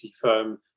firm